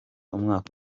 umwaka